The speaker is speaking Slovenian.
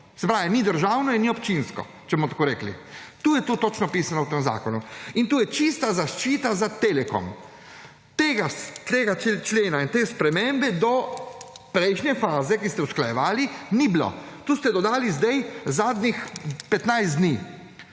se pravi ni državno in ni občinsko, če bomo tako rekli. To je to točno napisano v tem zakonu. In to je čista zaščita za Telekom. Tega člena in te spremembe do prejšnje faze, ko ste usklajevali, ni bilo, to ste dodali zdaj zadnjih 15 dni